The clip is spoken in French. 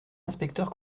inspecteur